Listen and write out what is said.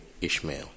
Ishmael